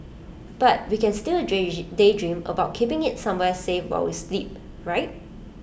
but we can still daydream about keeping IT somewhere safe while we sleep right